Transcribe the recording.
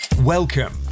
Welcome